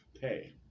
pay